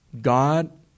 God